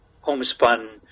homespun